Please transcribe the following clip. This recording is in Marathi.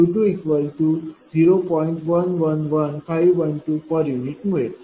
u मिळेल